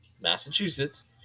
Massachusetts